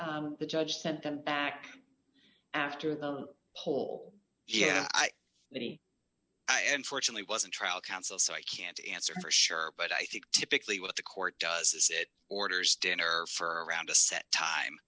the judge sent them back after the whole yeah i know me and fortunately wasn't trial counsel so i can't answer for sure but i think typically what the court does is it orders dinner for around a set time